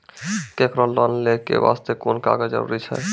केकरो लोन लै के बास्ते कुन कागज जरूरी छै?